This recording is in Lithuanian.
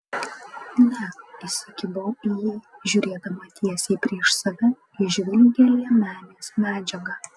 ne įsikibau į jį žiūrėdama tiesiai prieš save į žvilgią liemenės medžiagą